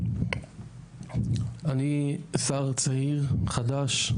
אני שר צעיר, חדש,